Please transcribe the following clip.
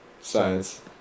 Science